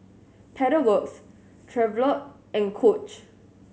Pedal Works Chevrolet and Coach